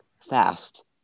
Fast